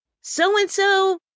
so-and-so